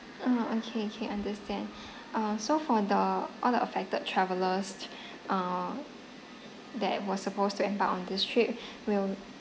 uh okay okay understand ah so for the all the affected travellers uh that was supposed to embark on this trip we'll